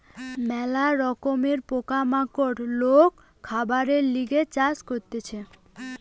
ম্যালা রকমের পোকা মাকড় লোক খাবারের লিগে চাষ করতিছে